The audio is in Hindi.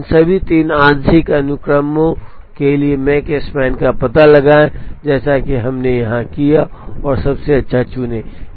अब इन सभी 3 आंशिक अनुक्रमों के लिए मेक स्पैन का पता लगाएं जैसे कि हमने यहां किया और सबसे अच्छा चुनें